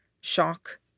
Shock